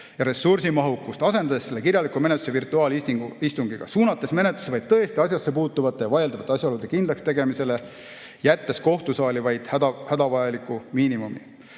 ja ressursimahukust, asendades selle kirjaliku menetluse ja virtuaalistungiga, suunates menetluse vaid tõesti asjassepuutuvate ja vaieldavate asjaolude kindlakstegemisele, jättes kohtusaali ainult hädavajaliku miinimumi.